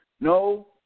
No